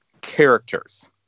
characters